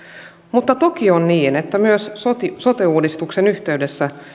mutta toki on niin että myös sote sote uudistuksen yhteydessä